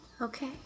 Okay